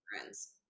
friends